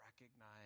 recognize